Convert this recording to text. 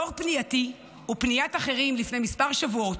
לאור פנייתי ופניית אחרים לפני כמה שבועות,